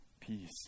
peace